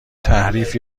تحریف